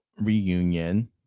reunion